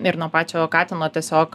ir nuo pačio katino tiesiog